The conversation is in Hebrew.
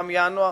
גם ינואר